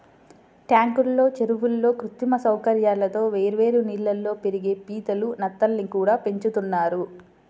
ట్యాంకుల్లో, చెరువుల్లో కృత్రిమ సౌకర్యాలతో వేర్వేరు నీళ్ళల్లో పెరిగే పీతలు, నత్తల్ని కూడా పెంచుతున్నారు